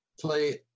play